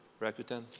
Rakuten